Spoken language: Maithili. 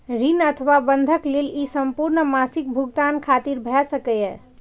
ऋण अथवा बंधक लेल ई संपूर्ण मासिक भुगतान खातिर भए सकैए